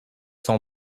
son